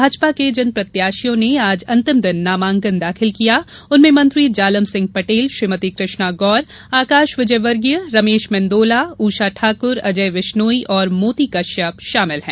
भाजपा के जिन प्रत्याशियों ने आज अंतिम दिन नामांकन दाखिल किया उनमें मंत्री जालम सिंह पटेल श्रीमती कृष्णा गौर आकाश विजयवर्गीय रमेश मेंदोला ऊषा ठाकुर अजय विश्नोई और मोती कश्यप शामिल हैं